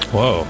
Whoa